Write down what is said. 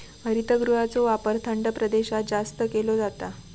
हरितगृहाचो वापर थंड प्रदेशात जास्त केलो जाता